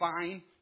fine